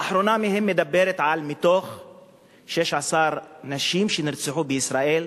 האחרונה בהן מדברת על כך שמתוך 16 נשים שנרצחו בישראל,